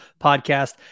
Podcast